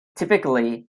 typically